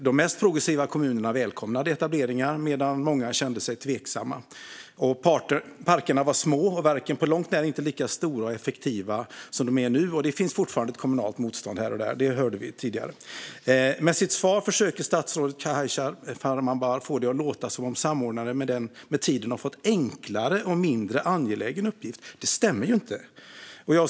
De mest progressiva kommunerna välkomnade etableringar, medan många kände sig tveksamma. Parkerna var små och inte på långt när lika stora och effektiva som de är nu. Och det finns fortfarande kommunalt motstånd både här och där. Det hörde vi tidigare. Med sitt svar försöker statsrådet Khashayar Farmanbar få det att låta som att samordnarna med tiden har fått en enklare och mindre angelägen uppgift. Det stämmer inte.